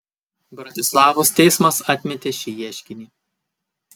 bratislavos teismas atmetė šį ieškinį